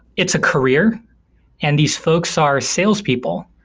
it's a career and these folks are salespeople.